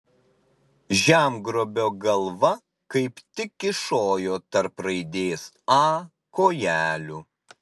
žemgrobio galva kaip tik kyšojo tarp raidės a kojelių